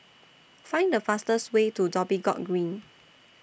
Find The fastest Way to Dhoby Ghaut Green